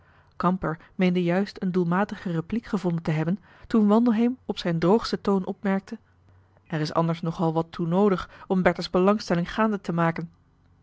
kamper meende juist een doelmatige repliek gevonden te hebben toen wandelheem op zijn droogsten toon opmerkte er is anders nog al wat toe noodig om bertha's belangstelling gaandetemaken